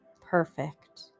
perfect